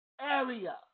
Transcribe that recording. area